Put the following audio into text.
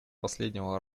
последнего